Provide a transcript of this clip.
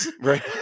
right